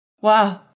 Wow